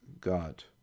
god